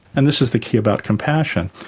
and this is the key about compassion,